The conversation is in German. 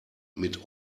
mit